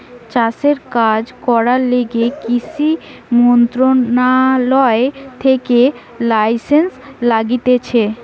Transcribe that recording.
চাষের কাজ করার লিগে কৃষি মন্ত্রণালয় থেকে লাইসেন্স লাগতিছে